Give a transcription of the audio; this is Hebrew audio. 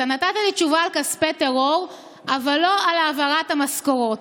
אתה נתת לי תשובה על כספי טרור אבל לא על העברת המשכורות.